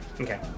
Okay